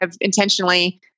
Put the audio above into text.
intentionally